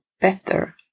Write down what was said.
better